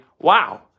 wow